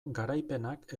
garaipenak